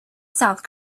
south